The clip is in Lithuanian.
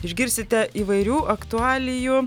išgirsite įvairių aktualijų